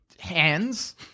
hands